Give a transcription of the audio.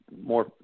more